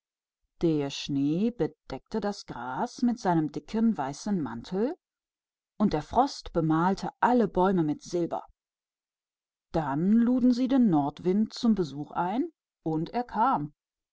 der schnee bedeckte das gras mit seinem großen weißen mantel und der frost bemalte alle bäume silberweiß dann luden sie den nordwind ein bei ihnen zu wohnen und er kam